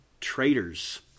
traitors